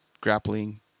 grappling